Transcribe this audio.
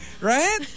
Right